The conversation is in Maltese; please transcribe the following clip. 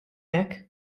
hekk